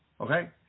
Okay